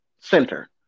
center